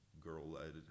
girl-led